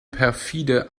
perfide